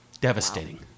Devastating